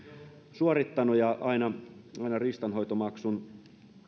suorittanut ja aina aina riistahoitomaksun